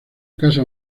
casa